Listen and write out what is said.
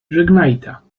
żegnajta